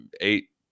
eight